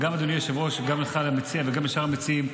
גם אדוני היושב-ראש וגם שאר המציעים.